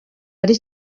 ari